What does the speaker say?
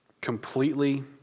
completely